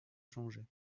changer